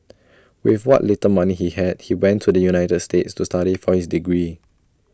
with what little money he had he went to the united states to study for his degree